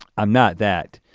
i'm not that,